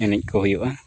ᱮᱱᱮᱡ ᱠᱚ ᱦᱩᱭᱩᱜᱼᱟ